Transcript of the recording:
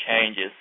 changes